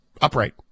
Upright